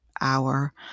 hour